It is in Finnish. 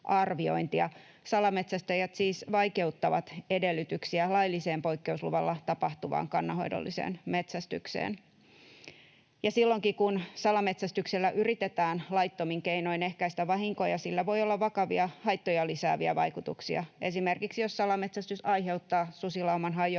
Salametsästäjät siis vaikeuttavat edellytyksiä lailliseen, poikkeusluvalla tapahtuvaan kannanhoidolliseen metsästykseen. Silloinkin kun salametsästyksellä yritetään laittomin keinoin ehkäistä vahinkoja, sillä voi olla vakavia haittoja lisääviä vaikutuksia: esimerkiksi jos salametsästys aiheuttaa susilauman hajoamisen,